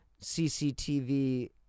CCTV